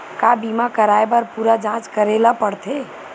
का बीमा कराए बर पूरा जांच करेला पड़थे?